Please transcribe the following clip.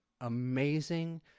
amazing